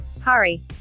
Hari